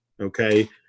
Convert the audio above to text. Okay